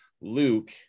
Luke